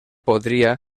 podria